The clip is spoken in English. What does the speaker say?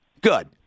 Good